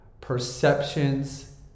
perceptions